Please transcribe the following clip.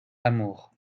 amour